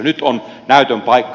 nyt on näytön paikka